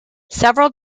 several